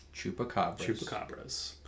Chupacabras